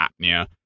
apnea